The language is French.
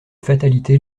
fatalité